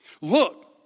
Look